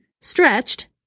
stretched